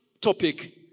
topic